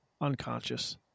Unconscious